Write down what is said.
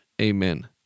Amen